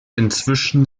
inzwischen